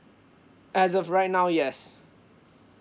as of right now yes